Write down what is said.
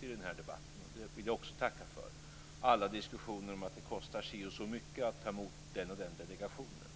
den här debatten sluppit - det vill jag också tacka för - alla diskussioner om att det kostar si och så mycket att ta hit den ena eller den andra delegationen.